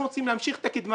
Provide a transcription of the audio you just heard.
אנחנו רוצים להמשיך את הקדמה,